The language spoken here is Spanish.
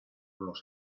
los